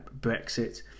Brexit